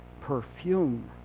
perfume